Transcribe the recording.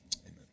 Amen